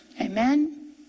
Amen